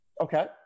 Okay